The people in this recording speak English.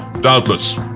Doubtless